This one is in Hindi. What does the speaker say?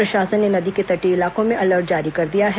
प्रशासन ने नदी के तटीय इलाकों में अलर्ट जारी कर दिया है